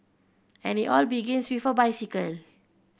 and it all begins with a bicycle